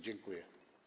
Dziękuję.